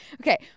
Okay